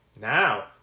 now